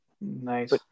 Nice